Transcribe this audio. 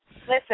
Listen